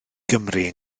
gymru